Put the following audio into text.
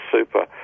Super